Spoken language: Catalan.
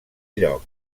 lloc